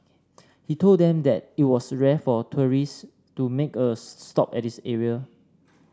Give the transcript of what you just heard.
he told them that it was rare for tourists to make a stop at this area